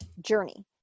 journey